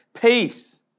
Peace